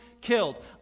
killed